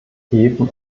häfen